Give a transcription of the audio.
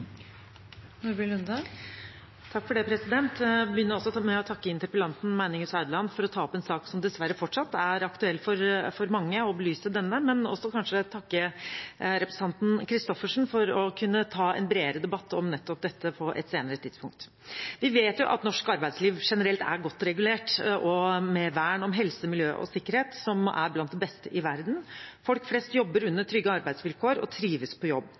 Jeg vil også begynne med å takke interpellanten Meininger Saudland for å ta opp en sak som fortsatt dessverre er aktuell for mange, og belyse denne. Jeg vil også takke representanten Christoffersen for å kunne ta en bredere debatt om nettopp dette på et senere tidspunkt. Vi vet at norsk arbeidsliv generelt er godt regulert, med et vern om helse, miljø og sikkerhet som er blant de beste i verden. Folk flest jobber under trygge arbeidsvilkår og trives på jobb.